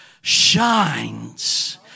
shines